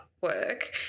work